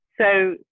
So-